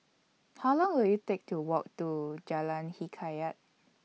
How Long Will IT Take to Walk to Jalan Hikayat